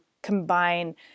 combine